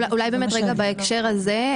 בהקשר הזה.